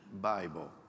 Bible